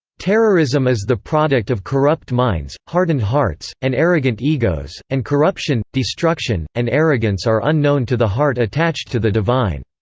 terrorism is the product of corrupt minds, hardened hearts, and arrogant egos, and corruption, destruction, and arrogance are unknown to the heart attached to the divine.